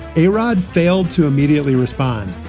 a-rod failed to immediately respond,